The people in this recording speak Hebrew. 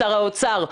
שר האוצר,